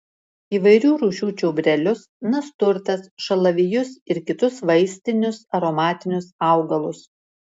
įvairių rūšių čiobrelius nasturtas šalavijus ir kitus vaistinius aromatinius augalus